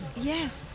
yes